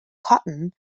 cotton